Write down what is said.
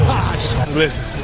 Listen